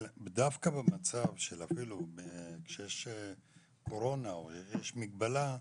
דווקא במצב שיש קורונה או מגבלה,